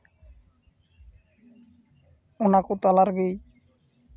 ᱚᱱᱟᱠᱚ ᱛᱟᱞᱟ ᱨᱮᱜᱤᱧ